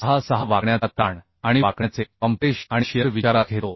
66 वाकण्याचा ताण आणि वाकण्याचे कॉम्प्रेशन आणि शिअर विचारात घेतो